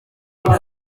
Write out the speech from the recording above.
neza